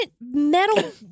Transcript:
metal